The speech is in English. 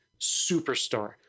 superstar